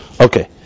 Okay